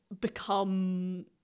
become